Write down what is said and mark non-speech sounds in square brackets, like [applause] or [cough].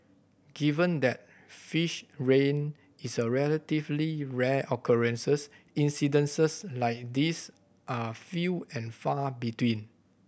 given that fish rain is a relatively rare occurrences [unintelligible] like these are few and far between